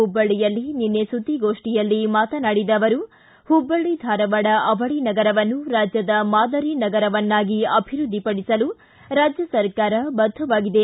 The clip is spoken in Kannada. ಹುಬ್ವಳ್ಳಿಯಲ್ಲಿ ನಿನ್ನೆ ಸುದ್ದಿಗೋಷ್ಠಿಯಲ್ಲಿ ಮಾತನಾಡಿದ ಅವರು ಹುಬ್ವಳ್ಳಿ ಧಾರವಾಡ ಅವಳಿ ನಗರವನ್ನು ರಾಜ್ಯದ ಮಾದರಿ ನಗರವನ್ನಾಗಿ ಅಭಿವೃದ್ಧಿಪಡಿಸಲು ರಾಜ್ಯ ಸರ್ಕಾರ ಬದ್ದವಾಗಿದೆ